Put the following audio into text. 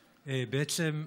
בעצם,